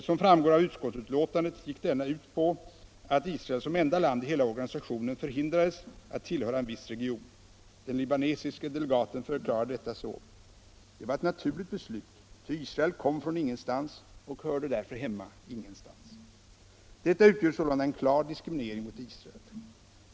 Som framgår av utskottets betänkande gick denna ut på att Israel som enda land i hela organisationen förhindrades att tillhöra en viss region. Den libanesiske delegaten förklarade det så: Detta var ett naturligt beslut, ty Israel kom från ingenstans och hörde därför hemma ingenstans. Detta utgör en klar diskriminering mot Israel.